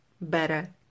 better